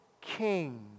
king